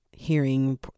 Hearing